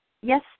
Yes